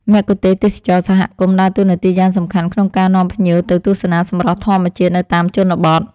មគ្គុទ្ទេសក៍ទេសចរណ៍សហគមន៍ដើរតួនាទីយ៉ាងសំខាន់ក្នុងការនាំភ្ញៀវទៅទស្សនាសម្រស់ធម្មជាតិនៅតាមជនបទ។